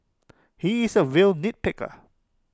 he is A real nitpicker